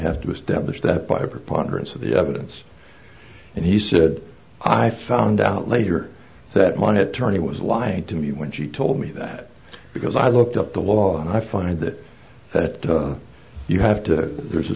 have to establish that by a preponderance of evidence and he said i found out later that my attorney was lying to me when she told me that because i looked up the law and i find that that you have to there's